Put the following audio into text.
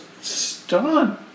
stunned